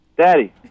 Daddy